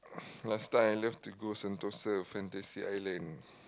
last time I love to go Sentosa Fantasy-Island